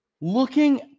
Looking